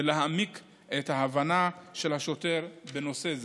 ולהעמיק את ההבנה של השוטר בנושא זה".